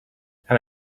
and